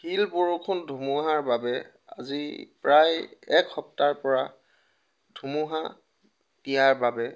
শিল বৰষুণ ধুমুহাৰ বাবে আজি প্ৰায় এক সপ্তাহৰ পৰা ধুমুহা দিয়া বাবে